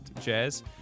jazz